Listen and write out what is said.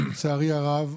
ולצערי הרב,